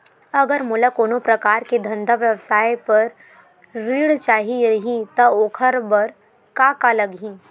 अगर मोला कोनो प्रकार के धंधा व्यवसाय पर ऋण चाही रहि त ओखर बर का का लगही?